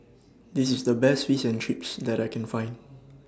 This IS The Best Fish and Chips that I Can Find